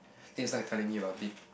is like telling me about it